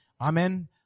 Amen